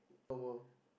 one more